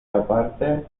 aparte